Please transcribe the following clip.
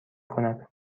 کند